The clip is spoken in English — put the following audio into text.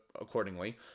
accordingly